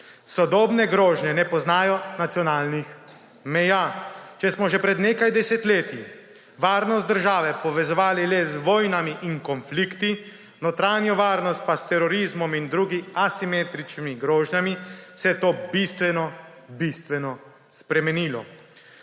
Sodobne grožnje ne poznajo nacionalnih meja. Če smo še pred nekaj desetletji varnost države povezovali le z vojnami in konflikti, notranjo varnost pa s terorizmom in drugimi asimetričnimi grožnjami, se je to bistveno, bistveno spremenilo.